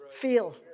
feel